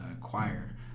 choir